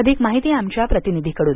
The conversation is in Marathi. अधिक माहिती आमच्या प्रतिनिधीकडून